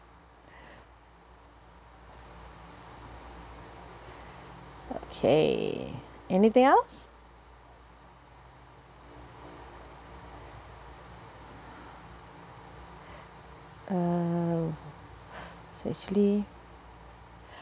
okay anything else uh actually